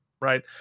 right